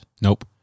nope